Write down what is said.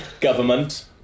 Government